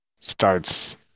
starts